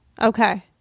Okay